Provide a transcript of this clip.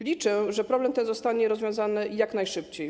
Liczę, że problem ten zostanie rozwiązany jak najszybciej.